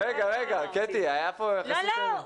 ואז אנחנו גם לא נצטרך להפעיל את הסכסוך וגם כולם ילמדו.